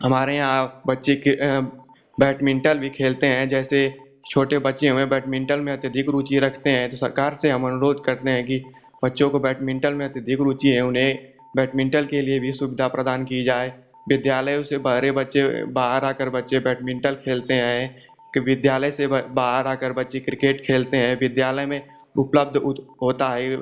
हमारे यहाँ बच्चे के बैटमिन्टल भी खेलते हैं जैसे छोटे बच्चे हुए बैटमिन्टल में अत्यधिक रुचि रखते हैं तो सरकार से हम अनुरोध करते हैं कि बच्चों को बैटमिन्टल में अत्यधिक रुचि है उन्हें बैटमिन्टल के लिए भी सुविधा प्रदान की जाए विद्यालयों से भरे बच्चे बाहर आकर बच्चे बैटमिन्टल खेलते हैं कि विद्यालय से बाहर आकर बच्चे क्रिकेट खेलते हैं विद्यालय में उपलब्ध होता है ये